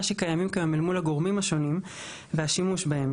שקיימים כיום אל מול הגורמים השונים והשימוש בהם.